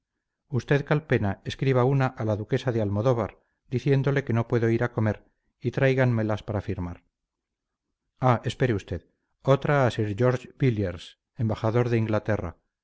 usted calpena escriba una a la duquesa de almodóvar diciéndole que no puedo ir a comer y tráiganmelas para firmar ah espere usted otra a sir george williers embajador de inglaterra